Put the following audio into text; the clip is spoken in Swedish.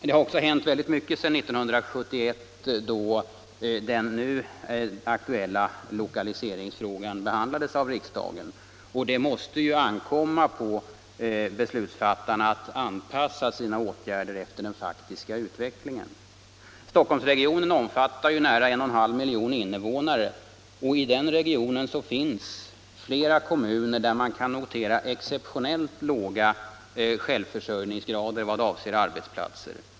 Det har också hänt väldigt mycket sedan 1971 då den nu aktuella lokaliseringsfrågan behandlades i riksdagen. Det måste ankomma på beslutsfattarna att anpassa sina åtgärder efter den faktiska utvecklingen. Stockholmsregionen omfattar ju nära 1,5 miljoner invånare. I regionen finns flera kommuner där man kan notera exceptionellt låg självförsörjningsgrad vad avser arbetsplatser.